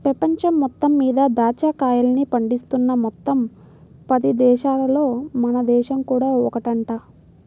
పెపంచం మొత్తం మీద దాచ్చా కాయల్ని పండిస్తున్న మొత్తం పది దేశాలల్లో మన దేశం కూడా ఒకటంట